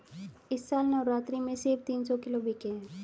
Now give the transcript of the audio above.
इस साल नवरात्रि में सेब तीन सौ किलो बिके हैं